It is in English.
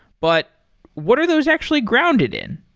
but what are those actually grounded in?